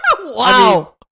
Wow